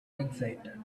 excited